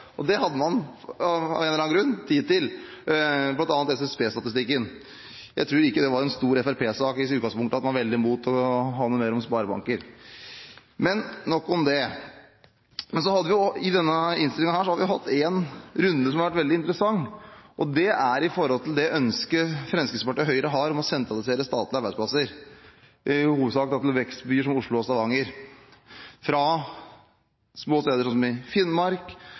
Det hadde man, av en eller annen grunn, tid til. Jeg tenker bl.a. på SSB-statistikken. Jeg tror ikke det var noen stor fremskrittspartisak i utgangspunktet å være veldig imot å føre statistikk over sparebanker. Nok om det. I denne innstillingen har vi hatt en runde som har vært veldig interessant. Det gjelder Fremskrittspartiet og Høyres ønske om å sentralisere statlige arbeidsplasser – Direktoratet for økonomistyring – i hovedsak til vekstbyer som Oslo og Stavanger fra små steder i Finnmark, Kristiansand og fra min egen hjemby, i